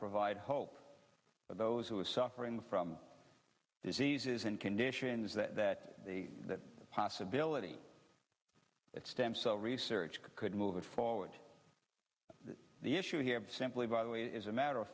provide hope for those who are suffering from diseases and conditions that that the possibility that stem cell research could move forward the issue here simply by it is a matter of